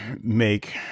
make